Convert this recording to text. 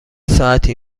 ساعتی